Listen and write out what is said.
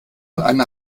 eine